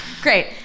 great